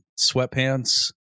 sweatpants